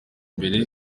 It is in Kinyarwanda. mbere